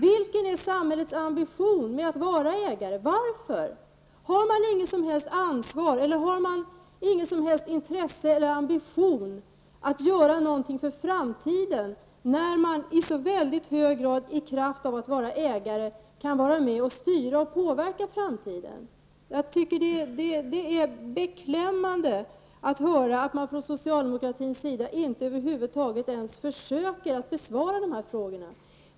Vilken är samhällets ambition med att vara ägare? Varför är man det? Har man inget som helst ansvar, intresse eller någon ambition att göra något inför framtiden när man i så hög grad i kraft av att vara ägare kan vara med och styra och påverka framtiden? Jag tycker att det är beklämmande att höra att man från socialdemokratins sida över huvud taget inte ens försöker besvara dessa frågor.